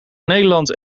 nederland